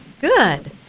Good